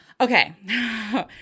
Okay